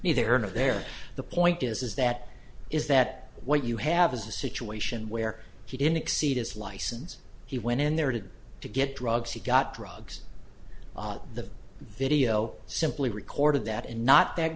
me there are no there the point is is that is that what you have is a situation where he didn't exceed his license he went in there did to get drugs he got drugs the video simply recorded that and not that